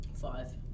Five